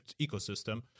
ecosystem